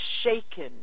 shaken